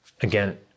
again